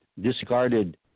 discarded